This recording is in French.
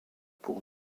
pour